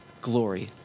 glory